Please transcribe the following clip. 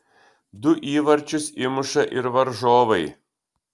du įvarčius įmuša ir varžovai